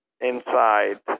inside